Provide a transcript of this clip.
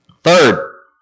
Third